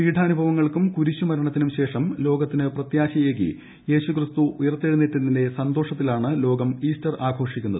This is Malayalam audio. പീഢനാനുഭവങ്ങൾക്കും കുരിശുമരണത്തിനും ശേഷം ലോകത്തിന് പ്രത്യാശയേകി ക്രിസ്തു ഉയർത്തെഴുന്നേറ്റതിന്റെ സന്തോഷത്തിലാണ് ലോകം ഈസ്റ്റർ ആഘോഷിക്കുന്നത്